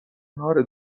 کنار